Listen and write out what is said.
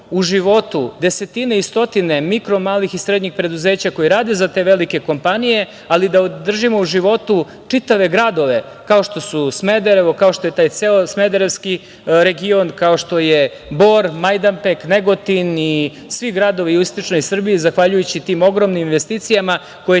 u životu desetine i stotine mikro, malih i srednjih preduzeća koji rade za te velike kompanije, ali da održimo u životu čitave gradove, kao što su Smederevo, kao što je taj ceo smederevski region, kao što su Bor, Majdanpek, Negotin i svi gradovi u istočnoj Srbiji, zahvaljujući tim ogromnim investicijama, koje će